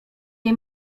jej